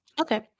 Okay